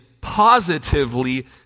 positively